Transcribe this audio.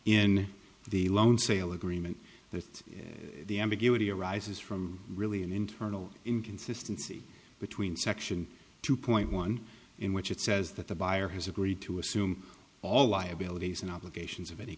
in the loan sale agreement that the ambiguity arises from really an internal inconsistency between section two point one in which it says that the buyer has agreed to assume all liabilities and obligations of any